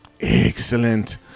Excellent